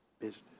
business